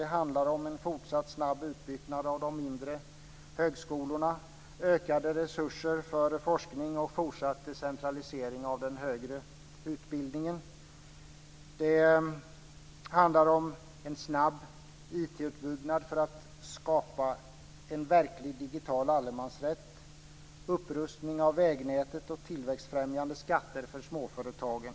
Det handlar om en fortsatt snabb utbyggnad av de mindre högskolorna, ökade resurser för forskning och fortsatt decentralisering av den högre utbildningen. Det handlar om en snabb IT utbyggnad för att skapa en verklig digital allemansrätt, upprustning av vägnätet och tillväxtfrämjande skatter för småföretagen.